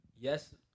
yes